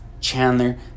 chandler